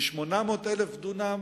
מ-800,000 דונם